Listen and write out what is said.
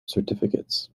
certificates